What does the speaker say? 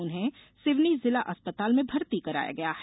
उन्हें सिवनी जिला अस्पताल में भर्ती कराया गया है